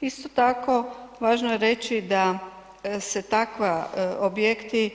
Isto tako, važno je reći da se takva objekti